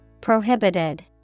prohibited